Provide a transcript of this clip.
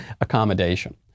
accommodation